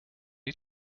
die